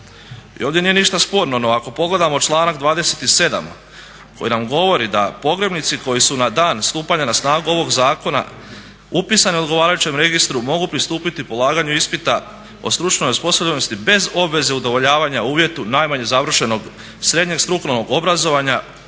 ovdje nije ništa sporno, no ako pogledamo članak 27. koji nam govori da pogrebnici koji su na dan stupanja na snagu ovog zakona upisani u odgovarajućem registru, mogu pristupiti polaganju ispita o stručnoj osposobljenosti bez obveze udovoljavanja uvjetu najmanje završenog srednjeg strukovnog obrazovanja